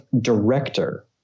director